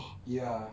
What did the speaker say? ya